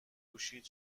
گوشیت